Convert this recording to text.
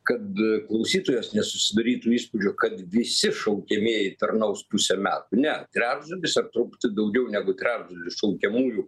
kad klausitojas nesusidarytų įspūdžio kad visi šaukiamieji tarnaus pusę metų ne trečdalis ar truputį daugiau negu trečdalis šaukiamųjų